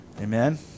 Amen